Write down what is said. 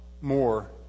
more